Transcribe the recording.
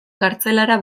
kartzelara